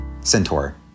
Centaur